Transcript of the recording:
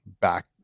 back